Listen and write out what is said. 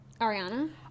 Ariana